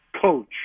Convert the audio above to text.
coach